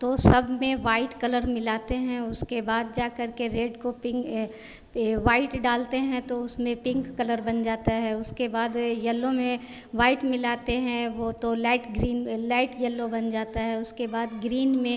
तो सब भी वाइट कलर मिलाते हैं उसके बाद जा करके रेड को पिंक ये वाइट डालते हैं तो उसमें पिंक कलर बन जाता है उसके बाद येलो में वाइट मिलाते हैं वह तो लाइट ग्रीन लाइट येलो बन जाता है उसके बाद ग्रीन में